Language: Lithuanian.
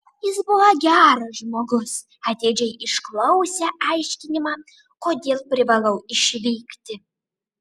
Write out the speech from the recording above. jis buvo geras žmogus atidžiai išklausė aiškinimą kodėl privalau išvykti